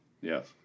Yes